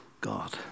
God